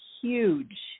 huge